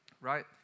Right